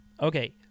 Okay